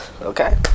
Okay